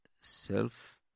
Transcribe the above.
self